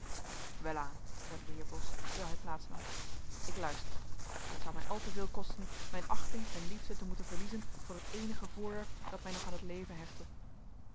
welaan zeide de heer bos terwijl hij plaats nam ik luister het zou mij al te veel kosten mijn achting en liefde te moeten verliezen voor het eenige voorwerp dat mij nog aan het leven hechtte